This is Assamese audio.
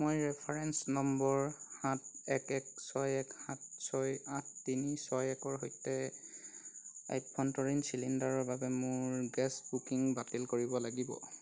মই ৰেফাৰেঞ্চ নম্বৰ সাত এক এক ছয় এক সাত ছয় আঠ তিনি ছয় একৰ সৈতে আভ্যন্তৰীণ চিলিণ্ডাৰৰ বাবে মোৰ গেছ বুকিং বাতিল কৰিব লাগিব